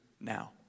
now